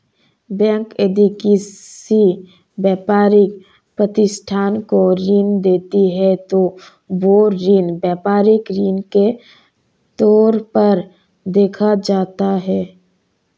bank यदि किसी व्यापारिक प्रतिष्ठान को ऋण देती है तो वह ऋण व्यापारिक ऋण के तौर पर देखा जाता है